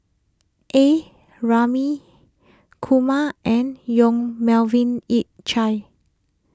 A Ramli Kumar and Yong Melvin Yik Chye